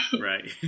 right